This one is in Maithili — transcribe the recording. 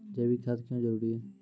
जैविक खाद क्यो जरूरी हैं?